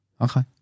Okay